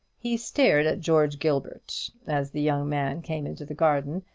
he stared at george gilbert, as the young man came into the garden,